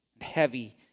heavy